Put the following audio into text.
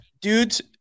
dudes